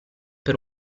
per